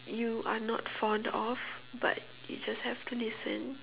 you are not fond of but you just have to listen